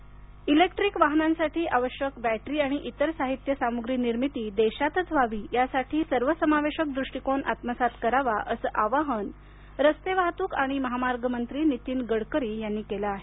Gadkari electric वाहनांसाठी आवश्यक battery आणि इतर साहित्य निर्मिती देशातच व्हावी यासाठी सर्वसमावेशक दृष्टिकोन आत्मसात करावा असं आवाहन रस्ते वाहतूक आणि महामार्ग मंत्री नितीन गडकरी केलं आहे